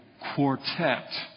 Quartet